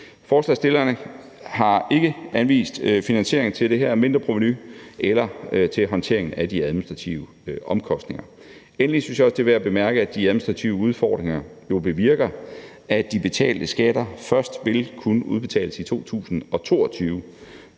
Forslagsstillerne har ikke anvist finansiering til det her mindreprovenu eller til håndteringen af de administrative omkostninger. Endelig synes jeg også, det er værd at bemærke, at de administrative udfordringer jo bevirker, at de betalte skatter først vil kunne udbetales i 2022.